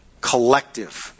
collective